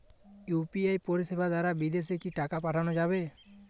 UPI পরিষেবা দারা বিদেশে কি টাকা পাঠানো যাবে?